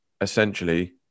essentially